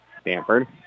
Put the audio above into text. Stanford